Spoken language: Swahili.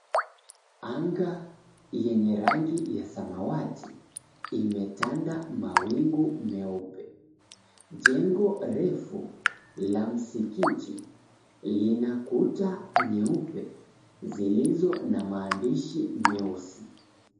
Anga yenye rangi ya samawati imetanda mawingu meupe. Jengo refu la msikiti lina kuta nyeupe zilizo na maandishi meusi.